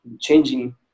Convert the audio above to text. changing